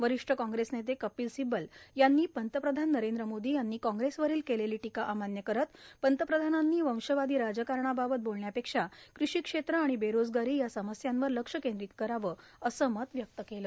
वरिष्ठ काँग्रेस नेते कपिल सिब्बल यांनी पंतप्रधान नरेंद्र मोदी यांनी काँग्रेसवरील केलेली टीका अमान्य करीत पंतप्रधानांनी वंशवादी राजकारणाबाबत बोलण्यापेक्षा कृषी क्षेत्र आणि बेरोजगारी या समस्यांवर लक्ष केंद्रित करावं असे मत त्यांनी व्यक्त केले